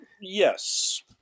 Yes